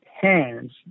hands